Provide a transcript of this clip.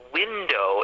window